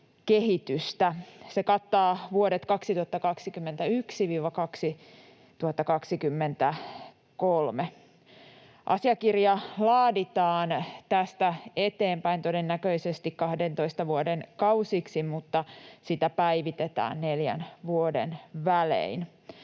Se kattaa vuodet 2021—2023. Asiakirja laaditaan tästä eteenpäin todennäköisesti 12 vuoden kausiksi, mutta sitä päivitetään neljän vuoden välein.